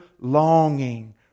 longing